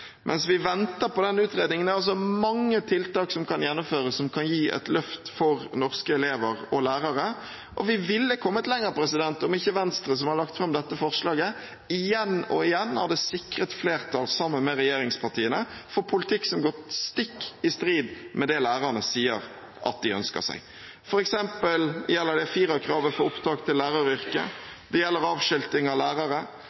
Mens vi venter på denne utredningen, er det mange tiltak som kan gjennomføres som kan gi et løft for norske elever og lærere, og vi ville kommet lengre om ikke Venstre, som har lagt fram dette forslaget, igjen og igjen hadde sikret flertall sammen med regjeringspartiene for en politikk som går stikk i strid med det lærerne sier at de ønsker seg. For eksempel gjelder det 4-kravet om opptak til